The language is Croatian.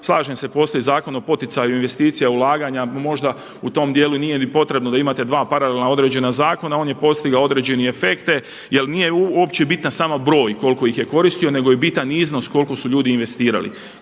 slažem se postoji Zakon o poticaju investicija ulaganja. Možda u tom dijelu nije ni potrebno da imate dva paralelna određena zakona. On je postigao određene efekte, jer nije uopće bitan samo broj koliko ih je koristio, nego je bitan i iznos koliko su ljudi investirali.